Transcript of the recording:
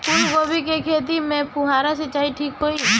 फूल गोभी के खेती में फुहारा सिंचाई ठीक होई?